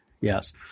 yes